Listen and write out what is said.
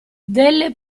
delle